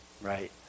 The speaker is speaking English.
Right